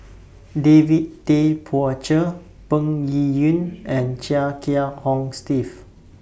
David Tay Poey Cher Peng Yuyun and Chia Kiah Hong Steve